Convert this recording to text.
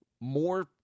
more